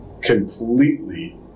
completely